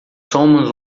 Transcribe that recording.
somos